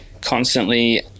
constantly